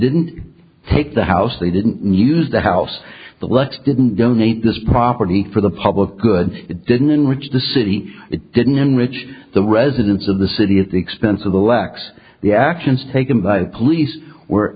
didn't take the house they didn't use the house the lex didn't donate this property for the public good it didn't which the city it didn't enrich the residents of the city at the expense of the lax the actions taken by police were